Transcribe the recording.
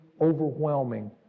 overwhelming